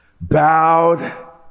bowed